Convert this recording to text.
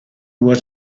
was